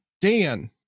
Dan